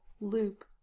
loop